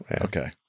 Okay